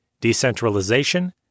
decentralization